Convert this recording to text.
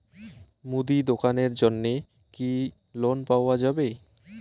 মুদি দোকানের জন্যে কি লোন পাওয়া যাবে?